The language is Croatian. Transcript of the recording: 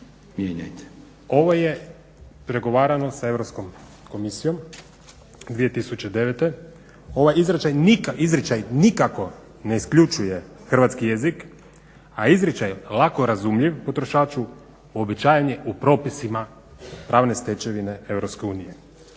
Ovo je pregovarano s Europskom komisijom 2009., ovaj izričaj nikako ne isključuje hrvatski jezik, a izričaj lako razumljiv potrošaču uobičajen je u propisima pravne stečevine Europske unije.